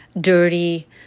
dirty